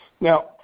Now